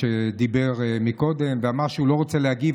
שדיבר קודם ואמר שהוא לא רוצה להגיב.